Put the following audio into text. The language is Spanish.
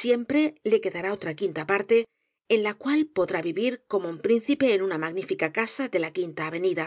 siempre le quedará otra quinta parte con la cual podrá vivir como un príncipe en una magnífica casa de la quinta avenida